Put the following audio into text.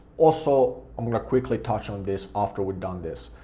also i'm gonna quickly touch on this after we've done this.